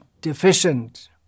deficient